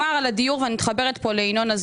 אני שותפה שלך בעניין הזה.